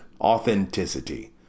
authenticity